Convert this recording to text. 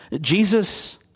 Jesus